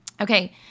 Okay